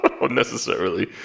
Unnecessarily